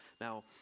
Now